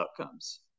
outcomes